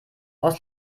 aus